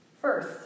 First